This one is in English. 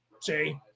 see